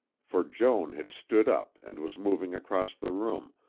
for joan had stood up and was moving across the room,